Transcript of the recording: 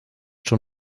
schon